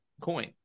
coin